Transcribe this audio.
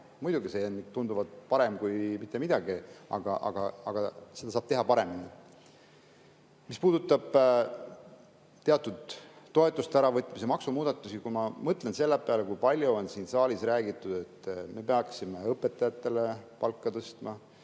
muidugi, see on tunduvalt parem kui mitte midagi, aga seda saab teha paremini. Mis puudutab teatud toetuste äravõtmisi, maksumuudatusi, siis ma mõtlen selle peale, kui palju on siin saalis räägitud, et me peaksime õpetajatel palka tõstma,